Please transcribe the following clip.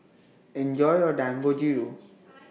Enjoy your Dangojiru